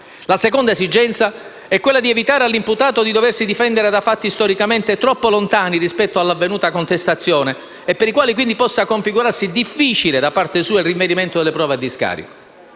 La seconda esigenza è quella di evitare all'imputato di doversi difendere da fatti storicamente troppo lontani rispetto all'avvenuta contestazione e per i quali, quindi, possa configurarsi difficile da parte sua il rinvenimento di prove a discarico.